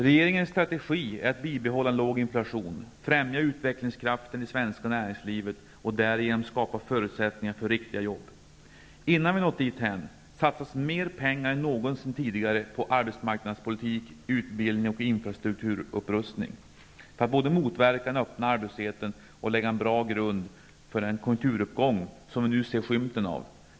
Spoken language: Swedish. Regeringens strategi är att bibehålla en låg inflation, främja utvecklingskraften i det svenska näringslivet och därigenom skapa förutsättningar för riktiga jobb. Innan vi nått dithän satsas mer pengar än någonsin tidigare på arbetsmarknadspolitik, utbildning och infrastrukturupprustning för att både motverka den öppna arbetslösheten och lägga en bra grund för den konjunkturuppgång som vi nu ser skymten av.